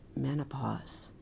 menopause